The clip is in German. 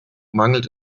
mangelt